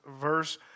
verse